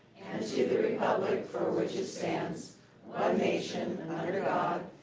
to the republic for which it stands, one nation under god,